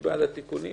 מי בעד התיקונים?